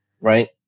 right